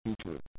future